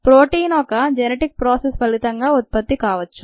protein ఒక genetic process ఫలితంగా ఉత్పత్తి కావచ్చు